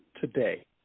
today